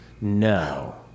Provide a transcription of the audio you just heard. No